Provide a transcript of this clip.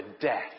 death